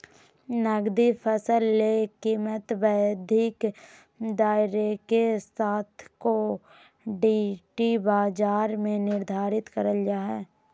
नकदी फसल ले कीमतवैश्विक दायरेके साथकमोडिटी बाजार में निर्धारित करल जा हइ